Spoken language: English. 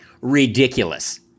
ridiculous